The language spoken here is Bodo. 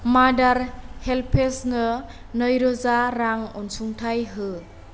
मादार हेल्पेजनो नैरोजा रां अनसुंथाइ हो